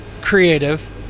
creative